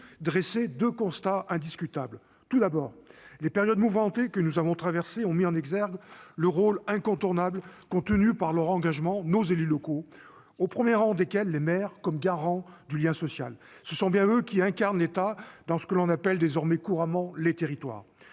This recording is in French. dresser deux constats indiscutables. Tout d'abord, les périodes mouvementées que nous avons traversées ont mis en exergue le rôle incontournable qu'ont joué, par leur engagement, nos élus locaux, au premier rang desquels les maires, comme garants du lien social. Ce sont bien eux qui incarnent l'État dans ce qu'on appelle désormais couramment « les territoires